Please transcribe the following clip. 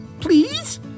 please